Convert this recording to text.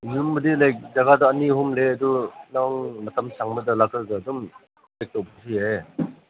ꯌꯨꯝꯕꯨꯗꯤ ꯂꯩ ꯖꯒꯥꯗꯣ ꯑꯅꯤ ꯑꯍꯨꯝ ꯂꯩ ꯑꯗꯨ ꯅꯪ ꯃꯇꯝ ꯁꯪꯕꯗ ꯂꯥꯛꯂꯒ ꯑꯗꯨꯝ ꯆꯦꯛ ꯇꯧꯕꯁꯨ ꯌꯥꯏꯌꯦ